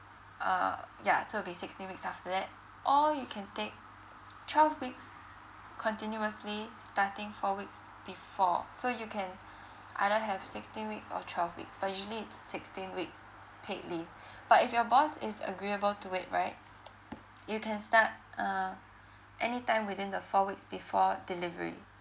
err yeah so it'll be sixteen weeks after that or you can take twelve weeks continuously starting four weeks before so you can either have sixteen weeks or twelve weeks but usually it's sixteen weeks paid leave but if your boss is agreeable to it right you can start uh anytime within the four weeks before delivery